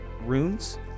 runes